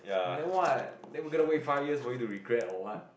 then what then we gonna wait five years for you to regret or what